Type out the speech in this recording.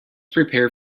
prepare